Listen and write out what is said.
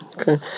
Okay